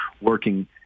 working